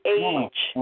age